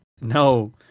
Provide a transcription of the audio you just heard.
no